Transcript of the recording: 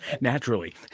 Naturally